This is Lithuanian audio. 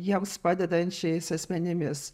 jiems padedančiais asmenimis